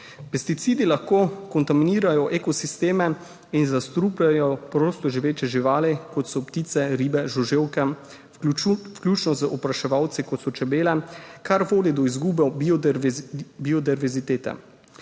Pesticidi lahko kontaminirajo ekosisteme in zastrupljajo prostoživeče živali, kot so ptice, ribe, žuželke, vključno z opraševalci, kot so čebele, kar vodi do izgube biodiverzitete.